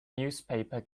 newspaper